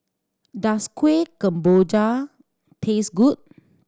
does Kueh Kemboja taste good